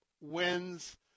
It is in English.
wins